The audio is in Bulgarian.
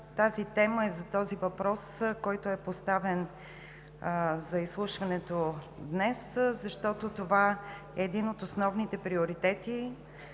тази тема и въпрос, който е поставен за изслушването днес, защото това е един от основните приоритети